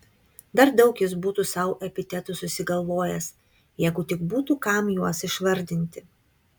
dar daug jis būtų sau epitetų susigalvojęs jeigu tik būtų kam juos išvardinti